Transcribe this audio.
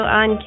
on